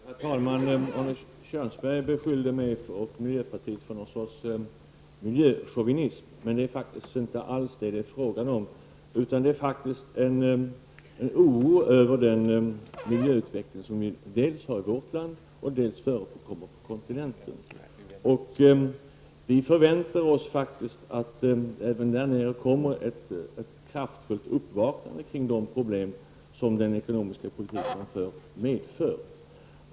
Herr talman! Arne Kjörnsberg beskyllde mig och miljöpartiet för något slags miljöchauvinism. Men det är faktiskt inte alls vad det är fråga om. Det är i stället en oro över den miljöutveckling som dels sker i vårt land, dels förekommer på kontinenten. Vi förväntar oss faktiskt att det även där nere kommer ett kraftfullt uppvaknande med anledning av de problem som den förda ekonomiska politiken medför.